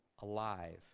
alive